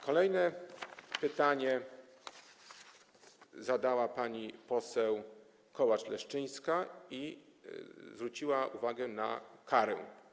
Kolejne pytanie zadała pani poseł Kołacz-Leszczyńska, która zwróciła uwagę na karę.